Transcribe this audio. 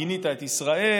גינית את ישראל?